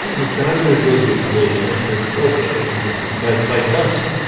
he said, i'm going to build you a pavilion. and i said, okay, we'll do this. and by by dusk,